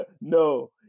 No